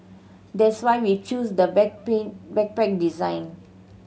that's why we choose the back pain backpack design